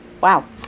Wow